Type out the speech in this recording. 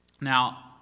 Now